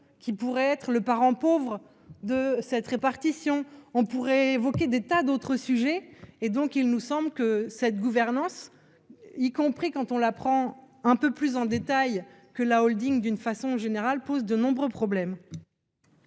qui pourrait être le parent pauvre de cette répartition, on pourrait évoquer des tas d'autres sujets et donc il nous semble que cette gouvernance. Y compris quand on la prend un peu plus en détail que la Holding d'une façon générale pose de nombreux problèmes.